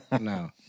no